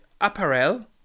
apparel